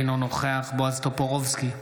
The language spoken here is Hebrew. אינו נוכח בועז טופורובסקי,